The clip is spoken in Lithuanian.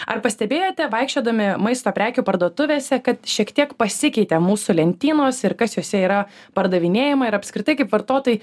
ar pastebėjote vaikščiodami maisto prekių parduotuvėse kad šiek tiek pasikeitė mūsų lentynos ir kas jose yra pardavinėjama ir apskritai kaip vartotojai